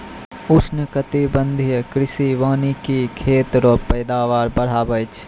उष्णकटिबंधीय कृषि वानिकी खेत रो पैदावार बढ़ाबै छै